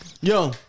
Yo